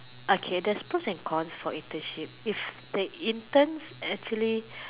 okay there's pros and cons for internship if the interns actually